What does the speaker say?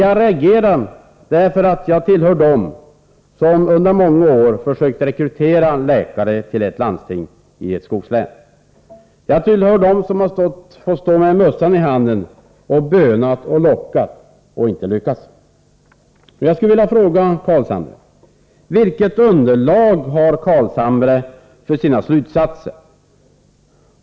Jag reagerar därför att jag tillhör dem som under många år försökt rekrytera läkare till ett landsting i ett skogslän. Jag tillhör dem som har fått stå med mössan i handen och böna och locka och ändå inte lyckas. Jag skulle vilja fråga Carlshamre: Vilket underlag har Carlshamre för sina slutsatser?